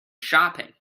shopping